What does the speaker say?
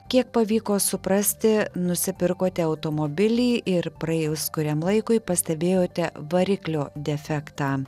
kiek pavyko suprasti nusipirkote automobilį ir praėjus kuriam laikui pastebėjote variklio defektą